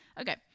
Okay